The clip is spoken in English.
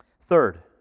Third